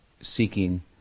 seeking